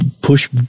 push